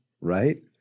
Right